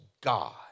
God